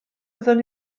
fyddwn